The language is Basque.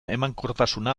emankortasuna